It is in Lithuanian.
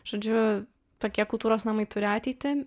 žodžiu tokie kultūros namai turi ateitį